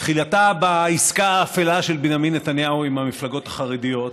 תחילתה בעסקה האפלה של בנימין נתניהו עם המפלגות החרדיות,